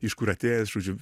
iš kur atėjęs žodžiu